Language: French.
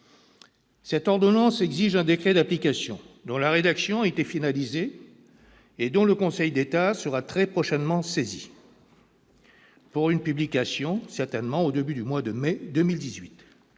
Cette ordonnance exige un décret d'application, dont la rédaction a été finalisée et dont le Conseil d'État sera très prochainement saisi, pour une publication au début du mois de mai 2018.